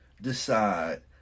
decide